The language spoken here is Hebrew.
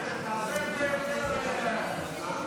תעשה את זה יותר מקצועי.